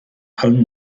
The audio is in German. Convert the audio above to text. allen